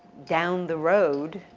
down the road,